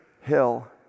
hill